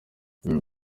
nta